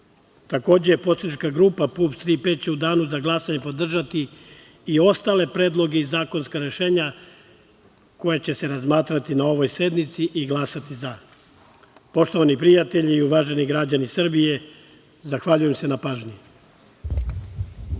zakona. Takođe, poslanička grupa PUPS – „Tri P“ će u danu za glasanje podržati i ostale predloge i zakonska rešenja koja će se razmatrati na ovoj sednici i glasati za. Poštovani prijatelji i uvaženi građani Srbije, zahvaljujem se na pažnji.